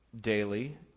daily